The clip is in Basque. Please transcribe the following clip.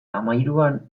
hamahiruan